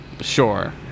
Sure